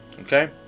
Okay